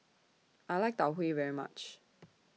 I like Tau Huay very much